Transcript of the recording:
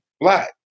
black